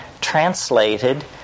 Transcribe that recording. translated